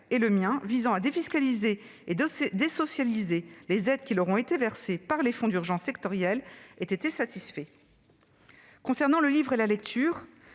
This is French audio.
et le mien, visant à défiscaliser et désocialiser les aides qui leur ont été versées par les fonds d'urgence sectoriels, aient été satisfaits. Concernant le livre et la lecture,